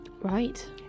Right